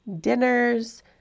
dinners